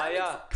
המצב